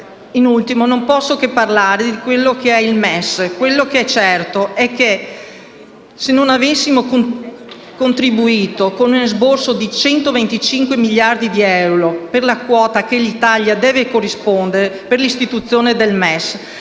in ultimo, non posso che parlare di quello che è il MES; è certo che, se non avessimo contribuito con un esborso di 125 miliardi di euro per la quota che l'Italia deve corrispondere per l'istituzione del MES,